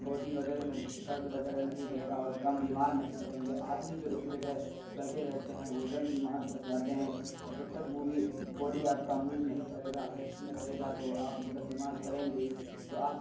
body وغیرہ میں درد وغیرہ نہیں رہے گا اور کم بیمار نہیں پڑیں گے آدمی جو ایک جگہ بیٹھے رہتے ہیں وہ جلد بیمار پڑ جاتے ہیں اور جب تک مووی بوڈی آپ کا موو نہیں کرے گا ریسٹ میں رہے گا تو آپ مطلب بیمار پڑیں گے ہی تو آپ